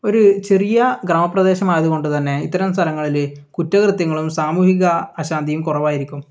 ഒരു ചെറിയ ഗ്രാമപ്രദേശമായത് കൊണ്ട്തന്നെ ഇത്തരം സ്ഥലങ്ങളിൽ കുറ്റകൃത്യങ്ങളും സാമൂഹിക അശാന്തിയും കുറവായിരിക്കും